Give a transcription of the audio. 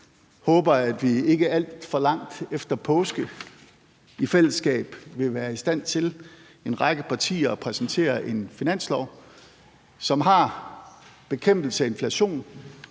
håber, at vi ikke alt for lang tid efter påske i fællesskab vil være i stand til – en række partier – at præsentere en finanslov, som har bekæmpelse af inflation